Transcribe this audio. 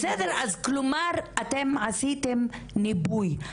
בסדר, כלומר אתם עשיתם ניבוי.